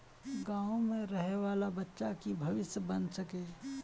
गाँव में रहे वाले बच्चा की भविष्य बन सके?